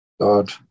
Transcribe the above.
God